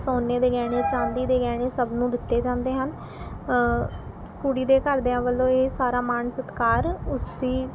ਸੋਨੇ ਦੇ ਗਹਿਣੇ ਚਾਂਦੀ ਦੇ ਗਹਿਣੇ ਸਭ ਨੂੰ ਦਿੱਤੇ ਜਾਂਦੇ ਹਨ ਕੁੜੀ ਦੇ ਘਰਦਿਆਂ ਵੱਲੋਂ ਇਹ ਸਾਰਾ ਮਾਣ ਸਤਿਕਾਰ ਉਸ ਦੀ